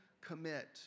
commit